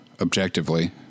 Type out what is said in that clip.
objectively